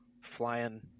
flying